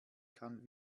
kann